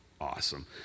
awesome